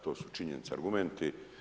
To su činjenice, argumenti.